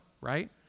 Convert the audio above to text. right